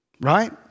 right